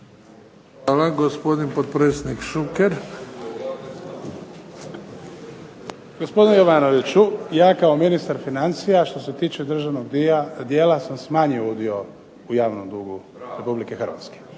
Ivan (HDZ)** Gospodine Jovanoviću ja kao ministar financija što se tiče državnog dijela sam smanjio udio u javnom dugu RH.